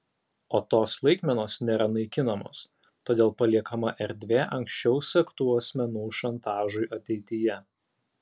o tos laikmenos nėra naikinamos todėl paliekama erdvė anksčiau sektų asmenų šantažui ateityje